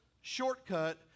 shortcut